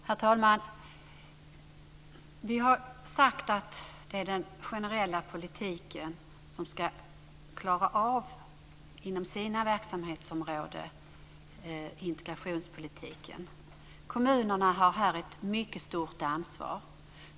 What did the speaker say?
Herr talman! Vi har sagt att det är den generella politiken som inom sina verksamhetsområden ska klara av integrationspolitiken. Kommunerna har här ett mycket stort ansvar.